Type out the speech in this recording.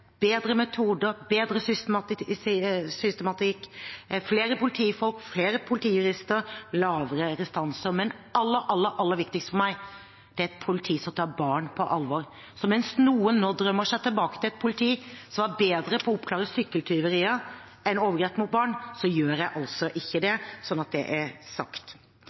bedre metoder, bedre systematikk, flere politifolk, flere politijurister og lavere restanser – men aller, aller viktigst for meg er et politi som tar barn på alvor. Så mens noen nå drømmer seg tilbake til et politi som var bedre på å oppklare sykkeltyverier enn på å oppklare overgrep mot barn, gjør jeg altså ikke det, sånn at det er sagt.